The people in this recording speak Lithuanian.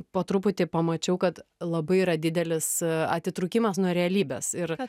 po truputį pamačiau kad labai yra didelis atitrūkimas nuo realybės ir